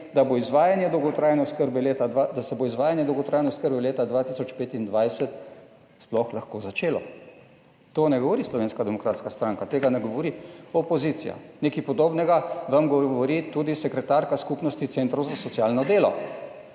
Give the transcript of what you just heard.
da se bo izvajanje dolgotrajne oskrbe leta 2025 sploh lahko začelo. To ne govori Slovenska demokratska stranka, tega ne govori opozicija, nekaj podobnega vam govori tudi sekretarka Skupnosti centrov za socialno delo.